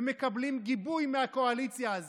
ומקבלים גיבוי מהקואליציה הזו.